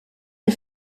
des